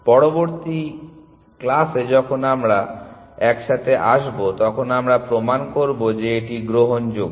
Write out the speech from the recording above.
পরবর্তী ক্লাসে যখন আমরা একসাথে আসবো তখন আমরা প্রমাণ করব যে এটি গ্রহণযোগ্য